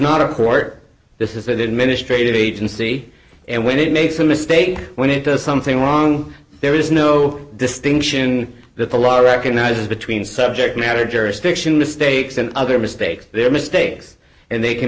not a court this is within ministry of agency and when it makes a mistake when it does something wrong there is no distinction that the law recognizes between subject matter jurisdiction mistakes and other mistakes there are mistakes and they can